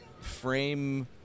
frame